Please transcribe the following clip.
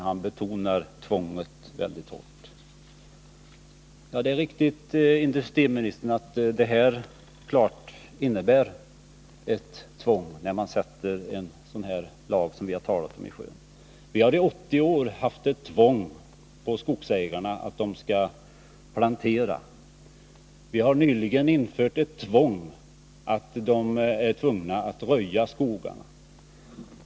Han betonar tvånget väldigt hårt. Det är riktigt, industriministern, att det klart innebär ett tvång när man sätter en sådan lag som vi talade i sjön. Vi har i 80 år haft ett tvång på skogsägarna att de skall plantera. Vi har nyligen infört ett tvång för att de skall röja i skogarna.